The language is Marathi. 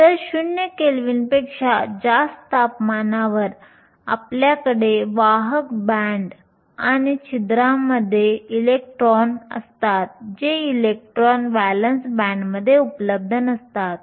तर 0 केल्विन पेक्षा जास्त तापमानावर आपल्याकडे वाहक बँड आणि छिद्रांमध्ये इलेक्ट्रॉन असतात जे इलेक्ट्रॉन व्हॅलेन्स बँडमध्ये उपलब्ध नसतात